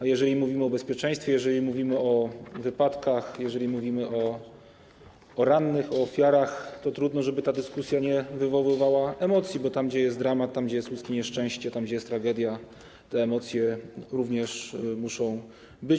A jeżeli mówimy o bezpieczeństwie, jeżeli mówimy o wypadkach, jeżeli mówimy o rannych, o ofiarach, to trudno, żeby taka dyskusja nie wywoływała emocji, bo tam gdzie jest dramat, tam gdzie jest ludzkie nieszczęście, tam gdzie jest tragedia, te emocje również muszą być.